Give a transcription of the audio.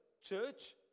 church